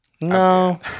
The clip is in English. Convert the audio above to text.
No